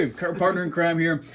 ah current partner in crime here.